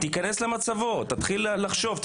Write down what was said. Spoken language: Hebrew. תיכנס למצבו, תתחיל לחשוב.